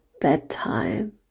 bedtime